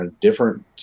different